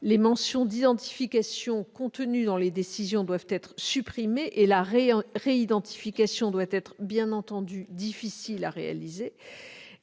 Les mentions d'identification contenues dans les décisions doivent être supprimées et la réidentification doit être, bien entendu, difficile à effectuer.